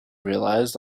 realized